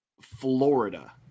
Florida